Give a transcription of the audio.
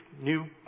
new